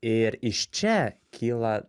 ir iš čia kyla